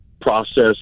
process